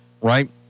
right